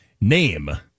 Name